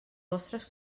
vostres